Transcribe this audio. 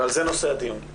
ועל זה נושא הדיון.